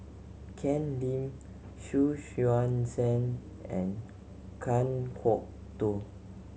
Ken Lim Xu Yuan Zhen and Kan Kwok Toh